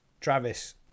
Travis